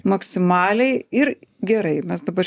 maksimaliai ir gerai mes dabar